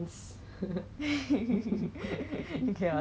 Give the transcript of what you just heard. oh ya ya 有 masks hor 忘记 I forget to mention that lor